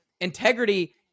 integrity